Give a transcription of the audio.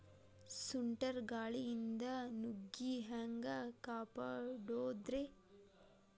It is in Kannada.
ಸುಂಟರ್ ಗಾಳಿಯಿಂದ ನುಗ್ಗಿ ಹ್ಯಾಂಗ ಕಾಪಡೊದ್ರೇ?